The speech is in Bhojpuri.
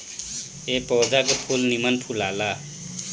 ए पौधा के फूल निमन फुलाला